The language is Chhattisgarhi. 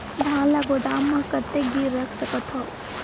धान ल गोदाम म कतेक दिन रख सकथव?